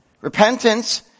Repentance